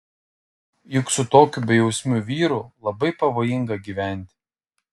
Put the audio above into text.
juk su tokiu bejausmiu vyru labai pavojinga gyventi